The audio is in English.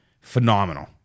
phenomenal